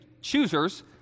choosers